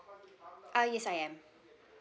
uh yes I am